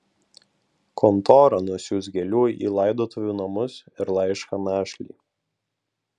kontora nusiųs gėlių į laidotuvių namus ir laišką našlei